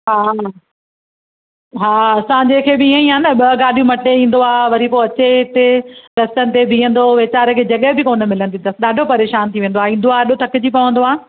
हा हा असां जेके बि ईअं ई आहे न ॿ गाॾियूं मटे ईंदो आहे वरी पोइ अचे हिते रस्तनि ते बीहंदो वेचारे खे जॻहि बि कोन मिलंदी अथसि ॾाढो परेशान थी वेंदो आहे ईंदो आहे हेॾो थकिजी पवंदो आहे